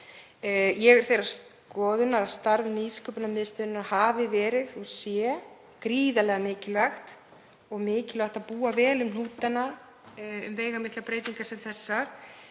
Ég er þeirrar skoðunar að starf Nýsköpunarmiðstöðvar hafi verið og sé gríðarlega mikilvægt. Mikilvægt er að búa vel um hnútana við veigamiklar breytingar sem þessar.